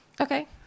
Okay